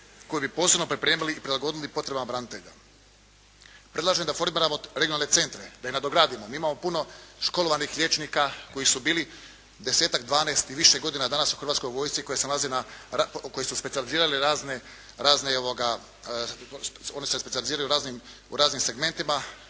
koju bi posebno pripremili i prilagodili potrebama branitelja. Predlažem da formiramo regionalne centre, da ih nadogradimo. Mi imamo puno školovanih liječnika koji su bili desetak, dvanaest i više godina, danas u Hrvatskoj vojsci koji se nalazi na, koji su specijalizirali razne, oni se specijaliziraju u raznim segmentima.